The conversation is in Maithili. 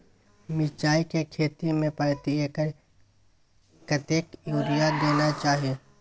मिर्चाय के खेती में प्रति एकर कतेक यूरिया देना चाही?